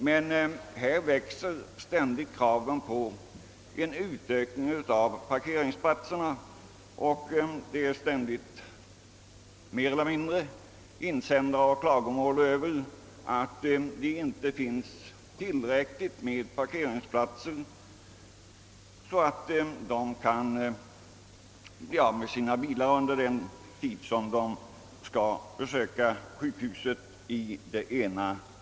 Vi kan också ta del av en svällande ström av insändare och klagomål i annan form med anledning av att det inte finns tillräckligt med parkeringsplatser, så att man kan ställa ifrån sig bilen under besök på sjukhus.